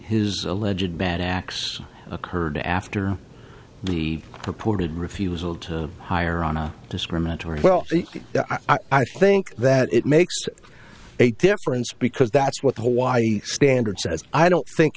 alleged bad acts occurred after the purported refusal to hire on a discriminatory well i think that it makes a difference because that's what the hawaii standard says i don't think